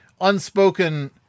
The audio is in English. unspoken